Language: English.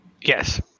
yes